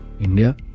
India